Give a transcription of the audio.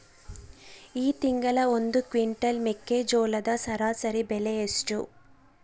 ಈ ತಿಂಗಳ ಒಂದು ಕ್ವಿಂಟಾಲ್ ಮೆಕ್ಕೆಜೋಳದ ಸರಾಸರಿ ಬೆಲೆ ಎಷ್ಟು?